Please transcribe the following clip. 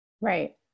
Right